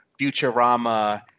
Futurama